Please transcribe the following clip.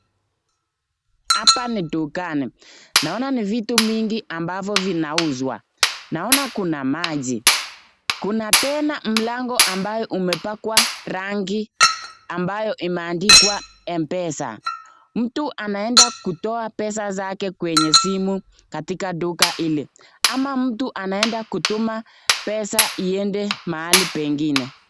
Hapa ni dukani. Naona ni vitu mingi ambavyo vinauzwa. Naona kuna maji. Kuna tena mlango ambao umepakwa rangi ambayo imeandikwa Mpesa. Mtu anaenda kutoa pesa zake kwenye simu katika duka hili, ama mtu anaenda kutuma pesa iende mahali pengine.